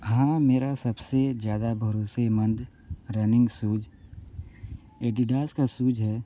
हाँ मेरा सबसे ज़्यादा भरोसेमंद रनिंग शूज एडिडास का शूज है